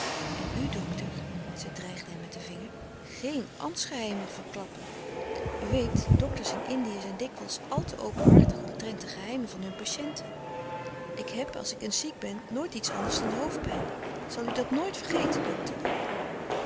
en u dokter zij dreigde hem met den vinger geen ambtsgeheimen verklappen u weet dokters in indië zijn dikwijls al te openhartig omtrent de geheimen van hun patiënten ik heb als ik eens ziek ben nooit iets anders dan hoofdpijn zal u dat nooit vergeten dokter